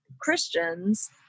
Christians